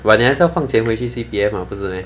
but 你还是要放钱回去 C_P_F mah 不是 meh